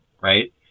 right